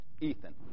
Ethan